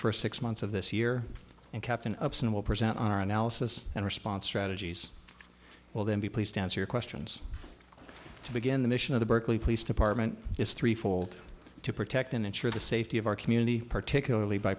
first six months of this year and captain upson will present our analysis and response strategies will then be placed to answer questions to begin the mission of the berkeley police department is three fold to protect and ensure the safety of our community particularly by